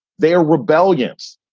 they are rebellions.